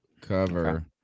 cover